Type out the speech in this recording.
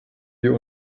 wir